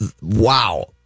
wow